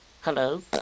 Hello